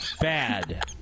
Bad